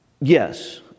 Yes